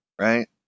right